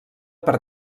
per